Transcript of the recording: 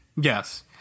Yes